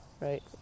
right